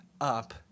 up